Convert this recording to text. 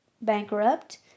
bankrupt